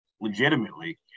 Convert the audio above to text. legitimately